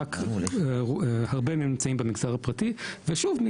רק שהרבה מהם נמצאים במגזר הפרטי ושוב,